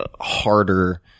harder